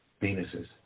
Venus's